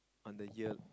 on the year